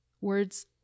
Words